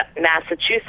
Massachusetts